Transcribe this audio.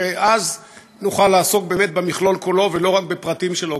ואז נוכל לעסוק באמת במכלול כולו ולא רק בפרטים שלו.